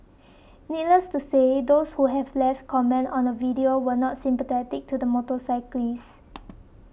needless to say those who have left comments on the video were not sympathetic to the motorcyclist